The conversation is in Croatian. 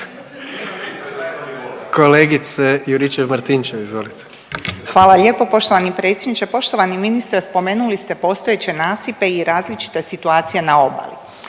izvolite. **Juričev-Martinčev, Branka (HDZ)** Hvala lijepo poštovani predsjedniče. Poštovani ministre spomenuli ste postojeće nasipe i različita je situacija na obali.